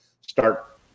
start